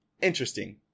Interesting